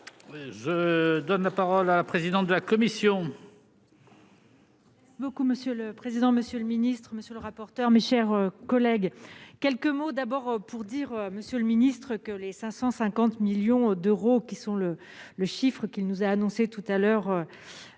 Je donne la parole à la présidente de la commission.